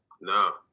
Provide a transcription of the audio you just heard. No